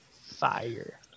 Fire